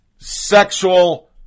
Sexual